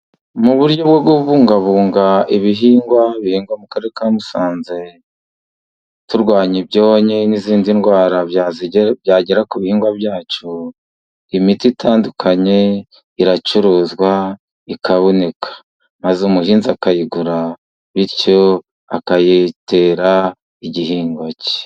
Mu buryo bwo kubungabunga ibihingwa bihingwa mu Karere ka Musanze turwanya ibyonnyi n'izindi ndwara byagera ku bihingwa byacu imiti itandukanye, iracuruzwa ikaboneka maze umuhinzi akayigura bityo akayitera igihingwa cye.